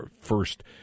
first